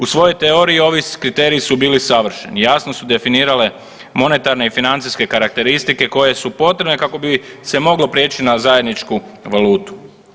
U svojoj teoriji ovi kriteriji su bili savršeni, jasno su definirale monetarne i financijske karakteristike koje su potrebne kako bi se moglo prijeći na zajedničku valutu.